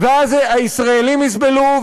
ואז הישראלים יסבלו,